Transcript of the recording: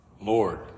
Lord